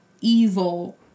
evil